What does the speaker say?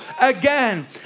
again